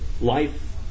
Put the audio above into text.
life